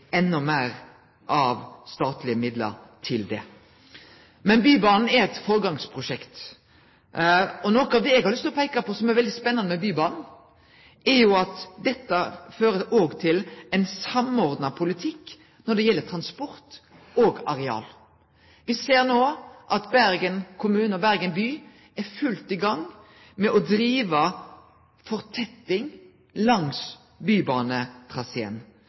statlege midlar. Men Bybanen er eit føregangsprosjekt. Noko av det eg har lyst til å peike på som er veldig spennande med Bybanen, er jo at dette fører òg til ein samordna politikk når det gjeld transport og areal. Me ser no at Bergen kommune og Bergen by er i full gang med fortetting langs bybanetraseen.